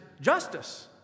Justice